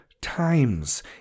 times